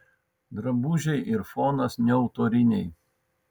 drabužiai ir fonas neautoriniai